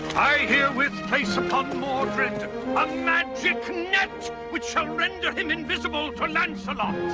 i herewith place upon mordred a magic net, which shall render him invisible to lancelot.